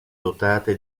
dotate